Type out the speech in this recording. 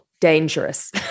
dangerous